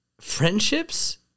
friendships